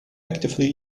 actively